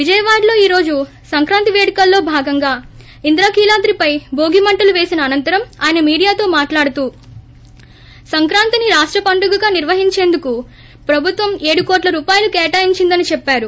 విజయవాడలో ఈ రోజు సంక్రాంతి పేడుకల్లో భాగంగా ఇంద్రకీలాద్రిపై భోగి మంటలు వేసిన అనంతరం ఆయన మీడియాతో మాట్లాడుతూ సంక్రాంతిని రాష్ట పండుగగా నిర్వహించేందుకు ప్రభుత్వం ఏడు కోట్ల రూపాయలు కేటాయించిందని చెప్పారు